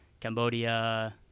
Cambodia